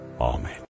Amen